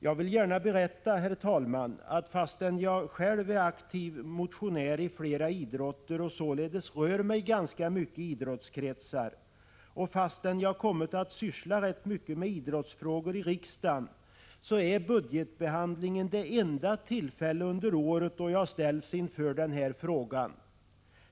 Jag vill gärna berätta, herr talman, att fastän jag själv är aktiv motionär inom flera idrotter och således rör mig ganska mycket i idrottskretsar och fastän jag kommit att syssla rätt mycket med idrottsfrågor i riksdagen, är budgetbehandlingen det enda tillfälle under året då jag ställs inför den här frågan.